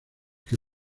que